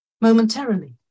momentarily